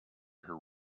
her